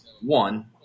one